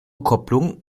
kopplung